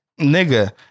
Nigga